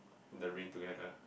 the rain together